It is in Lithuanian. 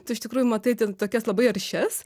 tu iš tikrųjų matai ten tokias labai aršias